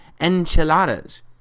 enchiladas